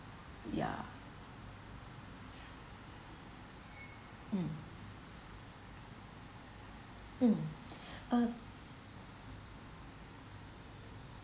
yeah um um uh